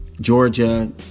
Georgia